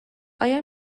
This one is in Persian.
آیا